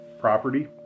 property